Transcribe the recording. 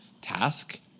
task